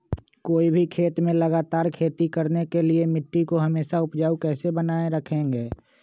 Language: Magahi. कोई भी खेत में लगातार खेती करने के लिए मिट्टी को हमेसा उपजाऊ कैसे बनाय रखेंगे?